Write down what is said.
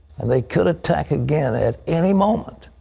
and they could attack again at any moment.